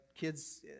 kids